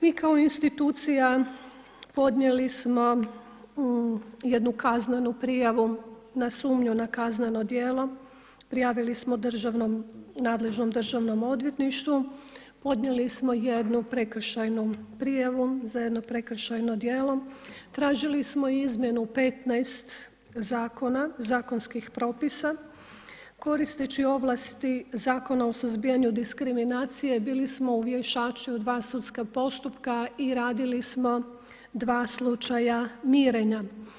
Mi kao institucija podnijeli smo jednu kaznenu prijavu za sumnju na kazneno djelo, prijavili smo nadležnom državnom odvjetništvu, podnijeli smo jednu prekršajnu prijavu za jedno prekršajno djelo, tražili smo izmjenu 15 zakona, zakonskih propisa, koristeći ovlasti Zakona o suzbijanju diskriminacije bili smo ... dva sudska postupka i radili smo dva slučaja mirenja.